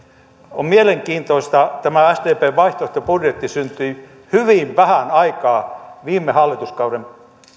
on mielenkiintoista että tämä sdpn vaihtoehtobudjetti syntyi hyvin vähän aikaa viime hallituskauden